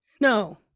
No